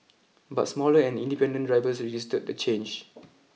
but smaller and independent drivers resisted the change